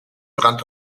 brand